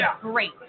great